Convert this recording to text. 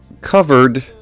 covered